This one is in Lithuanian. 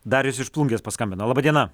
darius iš plungės paskambino laba diena